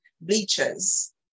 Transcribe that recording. bleachers